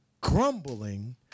grumbling